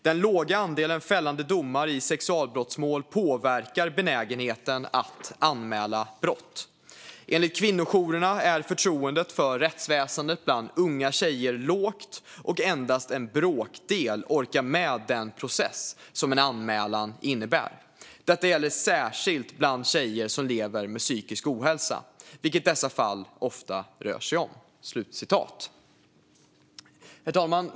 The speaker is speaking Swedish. Den låga andelen fällande domar i sexualbrottsmål påverkar benägenheten att anmäla brott. Enligt kvinnojourerna är förtroendet för rättsväsendet bland unga tjejer lågt och endast en bråkdel orkar med den process som en anmälan innebär. Detta gäller särskilt bland tjejer som lever med psykisk ohälsa, vilket dessa fall ofta rör sig om." Herr talman!